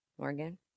Morgan